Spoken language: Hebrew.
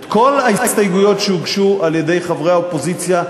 את כל ההסתייגויות שהוגשו על-ידי חברי האופוזיציה,